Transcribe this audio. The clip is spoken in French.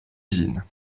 usines